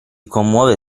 commuove